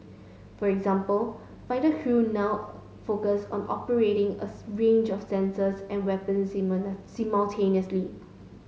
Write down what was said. for example fighter crew now focus on operating a range of sensors and weapons simultaneously